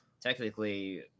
technically